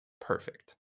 perfect